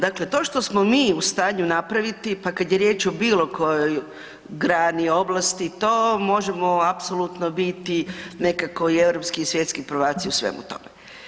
Dakle to što smo mi u stanju napraviti, pa kad je riječ o bilo kojoj grani, oblasti, to možemo apsolutno biti nekako i europski i svjetski prvaci u svemu tome.